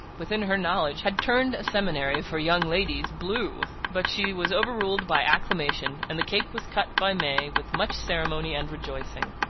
within her knowledge, had turned a seminary for young ladies blue. but she was overruled by acclamation and the cake was cut by may with much ceremony and rejoicing.